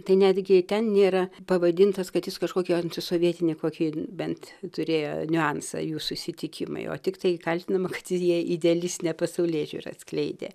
tai netgi ten nėra pavadintas kad jis kažkokio antisovietinė kokį bent turėjo niuansą jų susitikimai o tiktai kaltinama kad jie idealistinę pasaulėžiūrą atskleidę